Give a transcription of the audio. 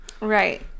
Right